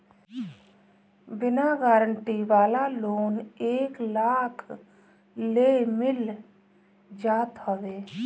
बिना गारंटी वाला लोन एक लाख ले मिल जात हवे